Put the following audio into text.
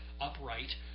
upright